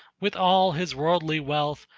with all his worldly wealth,